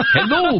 Hello